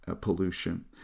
pollution